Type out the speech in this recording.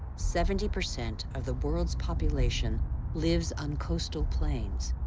seventy percent of the world's population lives on coastal plains.